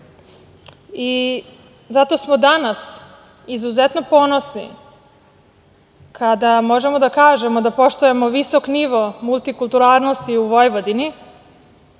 smo danas izuzetno ponosni kada možemo da kažemo da poštujemo visok nivo multikulturalnosti u Vojvodini